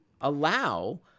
allow